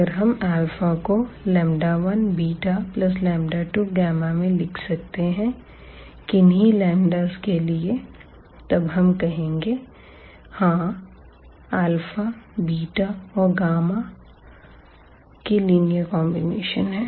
अगर हम को 1β2 में लिख सकते हैं किन्हीं λs के लिए तब हम कहेंगे हां और के लीनियर कांबिनेशन है